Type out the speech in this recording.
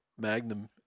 Magnum